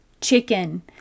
Chicken